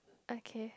okay